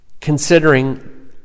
considering